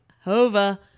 Hova